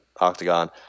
octagon